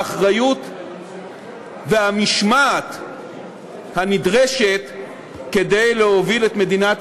האחריות והמשמעת הנדרשות כדי להוביל את מדינת